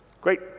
Great